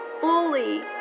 fully